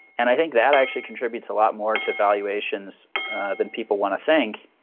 and i think that actually contributes a lot more to valuations than people want to think.